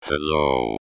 Hello